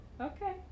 Okay